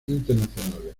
internacionales